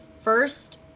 First